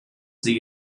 sie